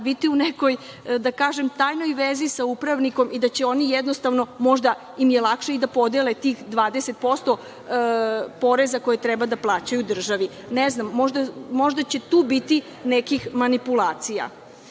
možda biti u nekoj tajnoj vezi sa upravnikom i da će oni jednostavno, možda im je lakše i da podele tih 20% poreza koje treba da plaćaju državi. Ne znam, možda će tu biti nekih manipulacija. Ustav